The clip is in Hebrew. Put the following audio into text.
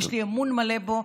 יש לי אמון מלא בו,